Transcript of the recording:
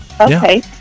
Okay